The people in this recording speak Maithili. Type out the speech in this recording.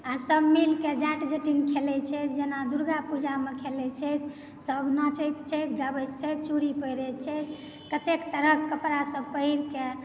आ सभ मिलके जाट जटिन खेलैत छै जेना दुर्गा पूजामे खेलैत छै सभ नाचैत छै गाबैत छै चूड़ी पहिरय छै कतेक तरहक कपड़ासभ पहिरके